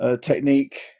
technique